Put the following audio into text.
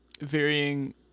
varying